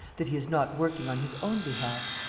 that he is not working on his own behalf?